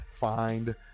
find